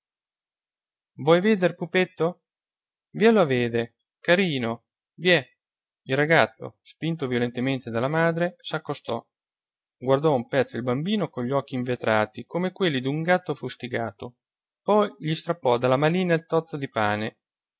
vede er pupetto viello a vede carino vie il ragazzo spinto violentemente dalla madre s'accostò guardò un pezzo il bambino con gli occhi invetrati come quelli d'un gatto fustigato poi gli strappò dalla manina il tozzo di pane